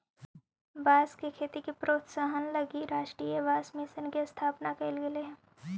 बाँस के खेती के प्रोत्साहन हलगी राष्ट्रीय बाँस मिशन के स्थापना कैल गेल हइ